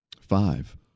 Five